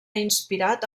inspirat